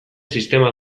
sistema